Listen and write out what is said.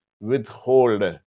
withhold